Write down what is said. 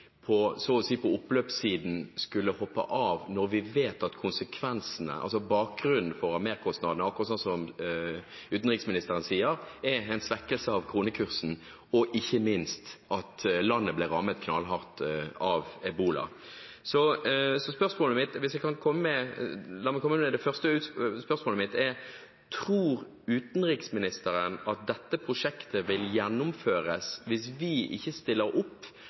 vet at bakgrunnen for merkostnadene, akkurat slik utenriksministeren sier, er en svekkelse av kronekursen, og ikke minst at landet ble rammet knallhardt av ebola. Det første spørsmålet mitt – hvis jeg kan komme med det – er: Tror utenriksministeren at dette prosjektet vil gjennomføres hvis vi ikke stiller opp